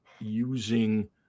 using